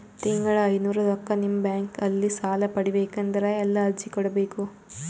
ತಿಂಗಳ ಐನೂರು ರೊಕ್ಕ ನಿಮ್ಮ ಬ್ಯಾಂಕ್ ಅಲ್ಲಿ ಸಾಲ ಪಡಿಬೇಕಂದರ ಎಲ್ಲ ಅರ್ಜಿ ಕೊಡಬೇಕು?